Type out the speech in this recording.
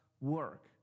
work